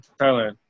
Thailand